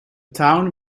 town